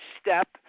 step